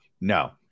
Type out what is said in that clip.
No